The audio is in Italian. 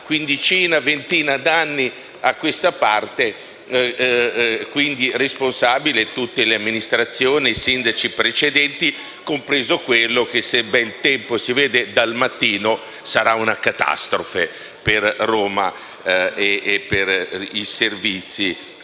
quindicina, ventina d'anni a questa parte, responsabili tutte le amministrazioni e i sindaci precedenti e quello attuale che, se il bel tempo si vede dal mattino, sarà una catastrofe per Roma e per i servizi